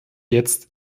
jetzt